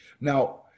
Now